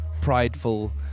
prideful